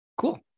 Cool